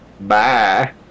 Bye